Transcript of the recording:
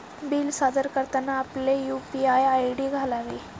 bill सादर करताना आपले यू.पी.आय आय.डी घालावे